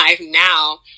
now